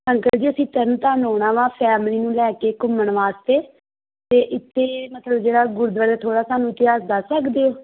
uncle ji ਅਸੀਂ ਤਰਨਤਾਰਨ ਆਉਣਾ ਵਾ ਫੈਮਲੀ ਨੂੰ ਲੈ ਕੇ ਘੁੰਮਣ ਵਾਸਤੇ ਅਤੇ ਇੱਥੇ ਮਤਲਬ ਜਿਹੜਾ ਗੁਰਦੁਆਰਾ ਥੋੜ੍ਹਾ ਸਾਨੂੰ ਇਤਿਹਾਸ ਦੱਸ ਸਕਦੇ ਹੋ